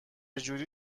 جوری